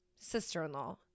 sister-in-law